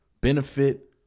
benefit